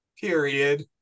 period